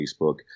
Facebook